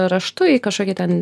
raštu į kažkokį ten